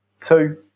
two